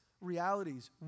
realities